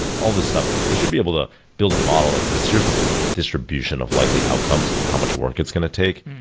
all these stuff, they should be able to build a model that says, here's the distribution of likely outcomes of how much work it's going to take,